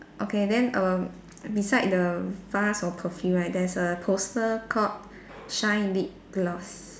okay then err beside the vase of perfume right there's a poster called shine lip gloss